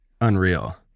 unreal